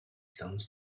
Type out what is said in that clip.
stands